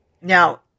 Now